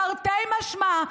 תרתי משמע,